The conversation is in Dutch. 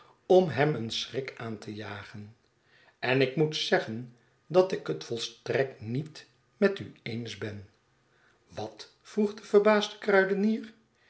om hem een schrik aan te jagen en ik moet zeggen dat ik het volstrekt niet met u eens ben wat vroeg de verbaasde kruidenier